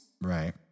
Right